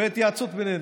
בהתייעצות בינינו.